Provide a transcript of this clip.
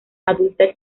adulta